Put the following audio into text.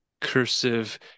cursive